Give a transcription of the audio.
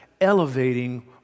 elevating